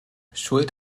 schuld